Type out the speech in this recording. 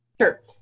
Sure